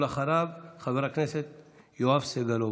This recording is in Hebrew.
אחריו, חבר הכנסת יואב סגלוביץ'.